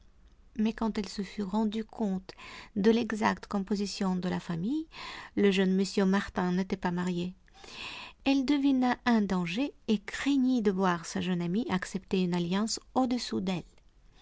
mais quand elle se fut rendu compte de l'exacte composition de la famille le jeune m martin n'était pas marié elle devina un danger et craignit de voir sa jeune amie accepter une alliance au-dessous d'elle